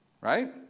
Right